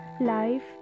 Life